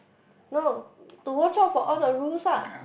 no to watch out for all the rules ah